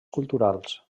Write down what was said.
culturals